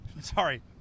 Sorry